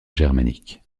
germanique